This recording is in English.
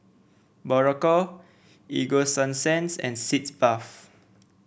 Berocca Ego Sunsense and Sitz Bath